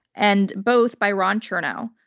and both by ron chernow.